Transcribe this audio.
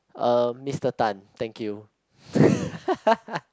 uh Mister Tan thank you